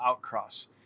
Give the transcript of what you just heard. outcross